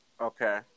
Okay